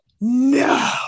no